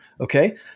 Okay